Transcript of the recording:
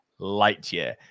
Lightyear